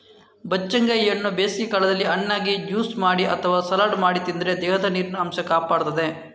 ಬಚ್ಚಂಗಾಯಿಯನ್ನ ಬೇಸಿಗೆ ಕಾಲದಲ್ಲಿ ಹಣ್ಣಾಗಿ, ಜ್ಯೂಸು ಮಾಡಿ ಅಥವಾ ಸಲಾಡ್ ಮಾಡಿ ತಿಂದ್ರೆ ದೇಹದ ನೀರಿನ ಅಂಶ ಕಾಪಾಡ್ತದೆ